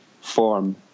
form